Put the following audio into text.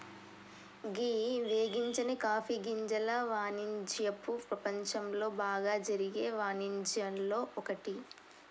గీ వేగించని కాఫీ గింజల వానిజ్యపు ప్రపంచంలో బాగా జరిగే వానిజ్యాల్లో ఒక్కటి